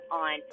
on